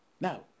Now